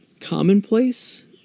commonplace